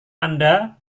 anda